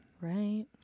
Right